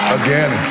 again